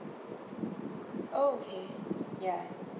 oh okay ya